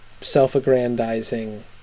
self-aggrandizing